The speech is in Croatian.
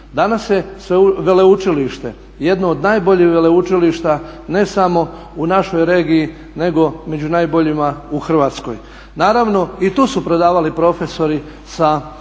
Danas je veleučilište jedno od najboljih veleučilišta ne samo u našoj regiji, nego među najboljima u Hrvatskoj. Naravno i tu su predavali profesori sa Veleučilišta